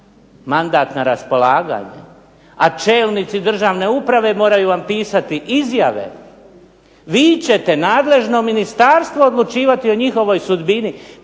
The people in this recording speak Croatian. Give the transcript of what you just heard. mandat na raspolaganje, a čelnici državne uprave moraju vam pisati izjave. Vi ćete nadležno ministarstvo odlučivati o njihovoj sudbini,